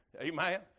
Amen